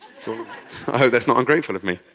so i hope that's not ungrateful of me.